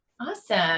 Awesome